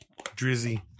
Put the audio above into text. Drizzy